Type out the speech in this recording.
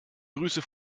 grüße